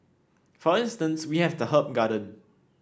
for instance we have the herb garden